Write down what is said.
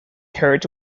heart